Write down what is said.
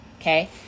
okay